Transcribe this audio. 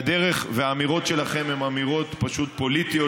האמירות שלהם הן אמירות פשוט פוליטיות,